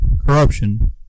corruption